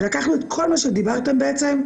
ולקחנו את כל מה שדיברתם בעצם,